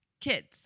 kids